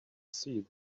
see